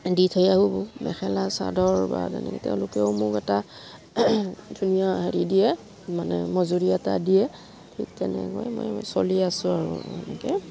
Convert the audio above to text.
দি থৈ আহো মেখেলা চাদৰ বা তেনেকে তেওঁলোকেও মোক এটা ধুনীয়া হেৰি দিয়ে মানে মজুুৰি এটা দিয়ে ঠিক তেনেকৈ মই চলি আছোঁ আৰু এনেকে